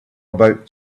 about